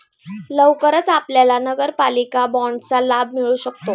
लवकरच आपल्याला नगरपालिका बाँडचा लाभ मिळू शकतो